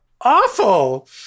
awful